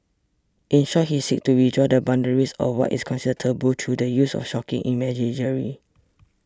in short he seeks to redraw the boundaries of what is considered 'taboo' through the use of 'shocking' imagery